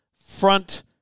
front